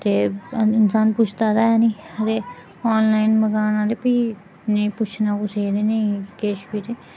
इंसान पुछदा ते ऐ निं ते आनलाईन मंगाना फ्ही नेईं पुच्छना कुसै गी ते नेईं किश बी ते